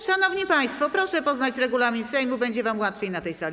Szanowni państwo, proszę poznać regulamin Sejmu, będzie wam łatwiej na tej sali.